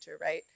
right